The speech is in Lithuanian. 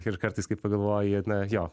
ir kartais kai pagalvoji na jo